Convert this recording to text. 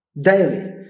daily